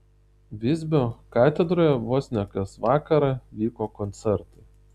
visbio katedroje vos ne kas vakarą vyko koncertai